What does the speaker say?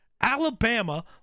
Alabama